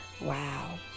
Wow